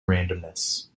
randomness